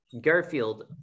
Garfield